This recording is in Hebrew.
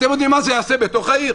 אתם יודעים מה זה יעשה בתוך העיר?